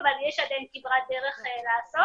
אבל יש עדיין כברת דרך לעשות.